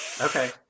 okay